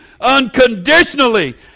unconditionally